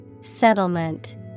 Settlement